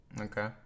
okay